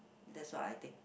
that's what I think